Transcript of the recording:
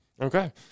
Okay